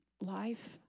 life